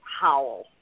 howl